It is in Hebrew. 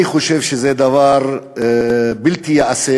אני חושב שזה דבר בל ייעשה,